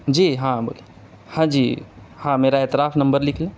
جی ہاں ہاں جی ہاں میرا اعتراف نمبر لکھیے